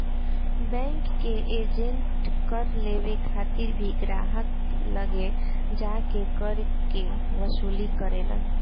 bank के agent कर लेवे खातिर भी ग्राहक लगे जा के कर के वसूली करेलन